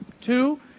Two